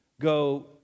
go